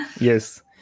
Yes